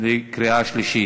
בקריאה שלישית.